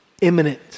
imminent